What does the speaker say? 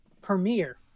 premiere